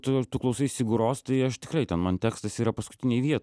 tu ar tu klausai sigur ros tai aš tikrai ten man tekstas yra paskutinėj vieto